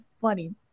Funny